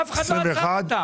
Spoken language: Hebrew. אף אחד לא עצר אותם.